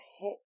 hot